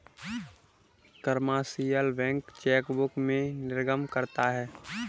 commercial bank chequebook भी निर्गम करता है